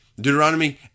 Deuteronomy